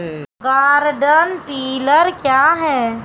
Garden tiller क्या हैं?